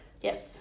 Yes